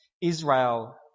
Israel